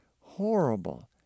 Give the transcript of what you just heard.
horrible